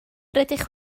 rydych